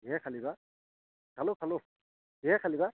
কিহেৰে খালি বা খালোঁ খালোঁ কিহেৰে খালি বা